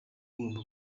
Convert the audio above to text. ugomba